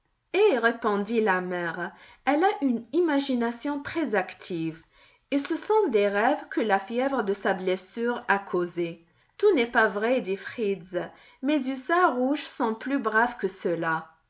eh répondit la mère elle a une imagination très active et ce sont des rêves que la fièvre de sa blessure a causés tout n'est pas vrai dit fritz mes hussards rouges sont plus braves que cela